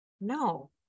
No